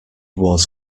was